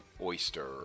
oyster